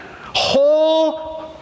whole